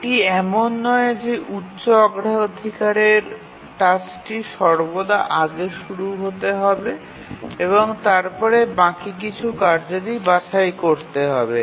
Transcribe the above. এটি এমন নয় যে উচ্চ অগ্রাধিকারের টাস্কটি সর্বদা আগে শুরু হতে হবে এবং তারপরে বাকি কিছু কার্যাদি বাছাই করতে হবে